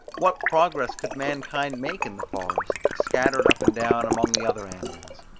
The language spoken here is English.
what progress could mankind make in the forests, scattered up and down among the other animals?